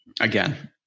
Again